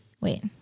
Wait